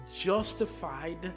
justified